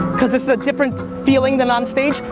cause it's a different feeling then onstage,